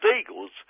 Eagles